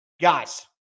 Guys